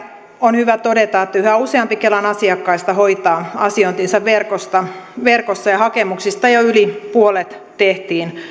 on hyvä todeta että yhä useampi kelan asiakkaista hoitaa asiointinsa verkossa verkossa ja hakemuksista jo yli puolet tehtiin